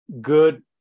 good